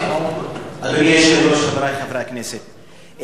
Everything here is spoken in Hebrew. חברי חברי הכנסת,